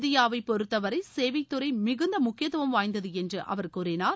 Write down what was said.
இந்தியாவை பொருத்தவரை சேவைத் துறை மிகுந்த முக்கியத்துவம் வாய்ந்தது என்று அவர் கூறினார்